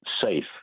safe